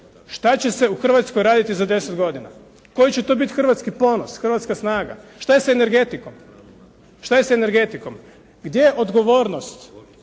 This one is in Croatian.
šta će se u Hrvatskoj raditi za deset godina. Koji će to biti hrvatski ponos, hrvatska snaga? Šta je sa energetikom? Gdje je odgovornost